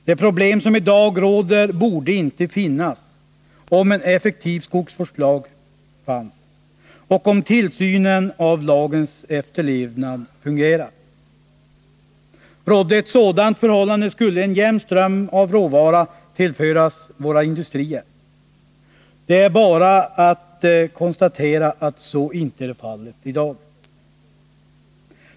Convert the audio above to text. De problem som i dag råder borde inte förekomma, om en effektiv skogsvårdslag fanns och om tillsynen av lagens efterlevnad fungerade. Rådde ett sådant förhållande, skulle en jämn ström av råvara tillföras våra tiska åtgärder industrier. Det är bara att konstatera att så inte är fallet i dag.